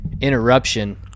interruption